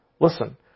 Listen